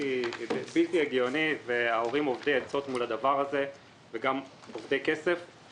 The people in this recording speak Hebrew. זה בלתי הגיוני וההורים אובדי עצות וגם אובדי כסף מול הדבר הזה.